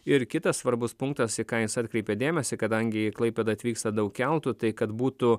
ir kitas svarbus punktas į ką jis atkreipė dėmesį kadangi į klaipėdą atvyksta daug keltų tai kad būtų